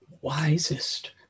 wisest